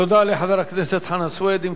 תודה לחבר הכנסת חנא סוייד.